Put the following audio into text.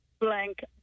blank